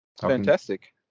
Fantastic